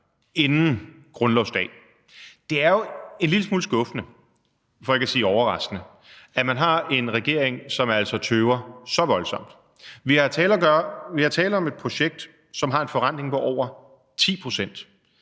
inden grundlovsdag. Det er jo en lille smule skuffende for ikke at sige overraskende, at man har en regering, som altså tøver så voldsomt. Der er tale om et projekt, som har en forrentning på over 10 pct.